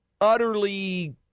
utterly